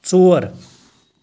ژور